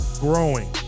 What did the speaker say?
growing